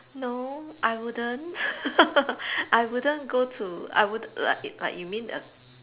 no I wouldn't I wouldn't go to I wouldn't like you mean a